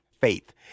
FAITH